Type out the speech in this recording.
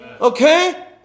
Okay